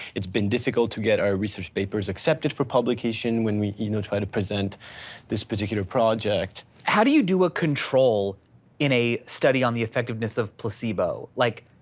it's been difficult to get our research papers accepted for publication when we you know try to present this particular project, how do you do a control in a study on the effectiveness of placebo? like,